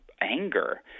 anger